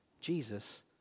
Jesus